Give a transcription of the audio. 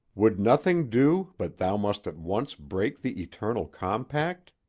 would nothing do but thou must at once break the eternal compact?